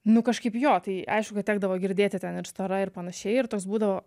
nu kažkaip jo tai aišku tekdavo girdėti ten ir stora ir panašiai ir toks būdavo